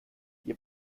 wir